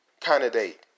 candidate